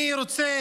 מי רוצה